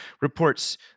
reports